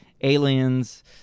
aliens